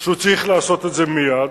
שהוא צריך לעשות את זה מייד,